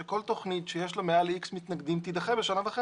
שכל תוכנית שיש לה מעל איקס מתנגדים תידחה בשנה וחצי.